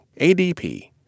ADP